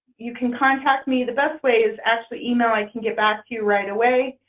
you can contact me. the best way is actually email i can get back to you right away.